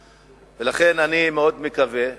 לכן, אני מאוד מקווה שהיום,